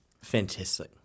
Fantastic